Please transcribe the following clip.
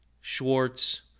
Schwartz